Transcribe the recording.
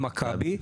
במכבי,